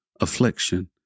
affliction